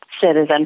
citizen